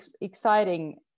exciting